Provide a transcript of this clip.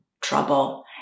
trouble